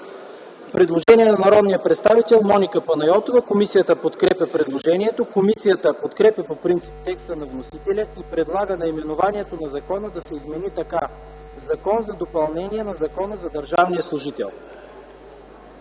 Предложение от народния представител Моника Панайотова. Комисията подкрепя предложението. Комисията подкрепя по принцип текста на вносителя и предлага наименованието на закона да се измени така: „Закон за допълнение на Закона за държавния служител”.